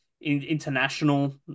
international